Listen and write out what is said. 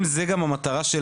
אם זו גם המטרה של